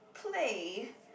play